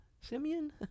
Simeon